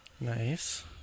Nice